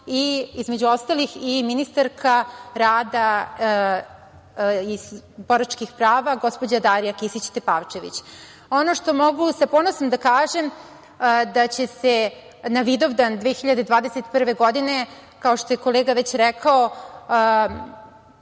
i između ostalih i ministarka rada i boračkih prava gospođa Darija Kisić Tepavčević. Ono što mogu sa ponosom da kažem da će se na Vidovdan 2021. godine, kao što je kolega već rekao